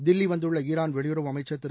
தில்லி வந்துள்ள ஈரான் வெளியுறவு அமைச்சர் திரு